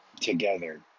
together